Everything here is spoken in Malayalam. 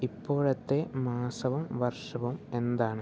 ഇപ്പോഴത്തെ മാസവും വർഷവും എന്താണ്